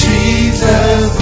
Jesus